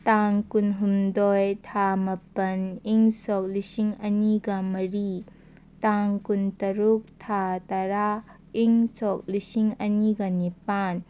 ꯇꯥꯡ ꯀꯨꯟꯍꯨꯝꯗꯣꯏ ꯊꯥ ꯃꯥꯄꯜ ꯏꯪ ꯁꯣꯛ ꯂꯤꯁꯤꯡ ꯑꯅꯤꯒ ꯃꯔꯤ ꯇꯥꯡ ꯀꯨꯟ ꯇꯔꯨꯛ ꯊꯥ ꯇꯔꯥ ꯏꯪ ꯁꯣꯛ ꯂꯤꯁꯤꯡ ꯑꯅꯤꯒ ꯅꯤꯄꯥꯜ